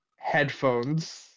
headphones